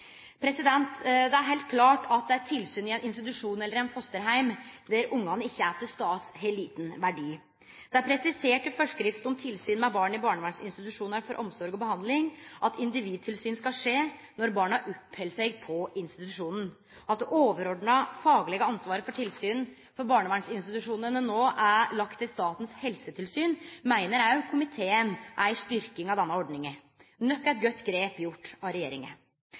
Det er heilt klart at eit tilsyn i ein institusjon eller ein fosterheim der ungane ikkje er til stades, har liten verdi. Det er presisert i forskrift om tilsyn med barn i barnevernsinstitusjonar for omsorg og behandling at individtilsyn skal skje når barna oppheld seg på institusjonen. At det overordna faglege ansvaret for tilsyn med barnevernsinstitusjonar no er lagt til Statens helsetilsyn, meiner òg komiteen er ei styrking av denne ordninga. Nok eit godt grep gjort av regjeringa.